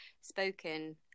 spoken